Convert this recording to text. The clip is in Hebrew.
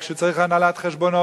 כשצריך הנהלת חשבונות,